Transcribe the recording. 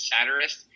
satirist